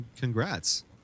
congrats